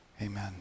Amen